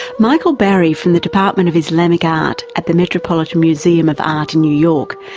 michael barry, from the department of islamic art at the metropolitan museum of art in new york,